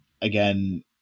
again